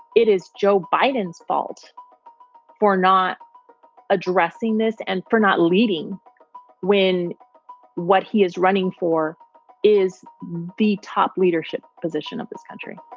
it is joe biden's fault for not addressing this and for not leading when what he is running for is the top leadership position of this country